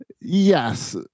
Yes